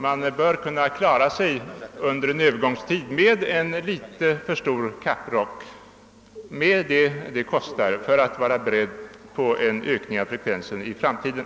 Man kan under en övergångstid behöva ha en litet för stor kapprock och ta de kostnader det medför för att vara beredd på en ökning av sjöfarten i framtiden.